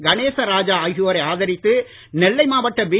கணேசராஜாஆகியோரைஆதரித்துநெல்லைமாவட்டபி